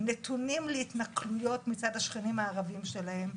נתונים להתנכלויות מצד השכנים הערבים שלהם.